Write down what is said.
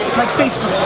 like facebook.